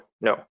no